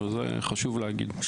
חשוב להגיד את זה.